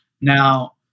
Now